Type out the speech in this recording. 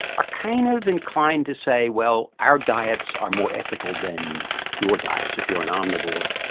are kind of inclined to say, well, our diets are more ethical than your diets if you are an omnivore,